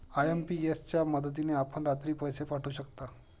IMPS च्या मदतीने आपण रात्री पैसे पाठवू शकता